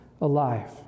alive